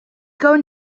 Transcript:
going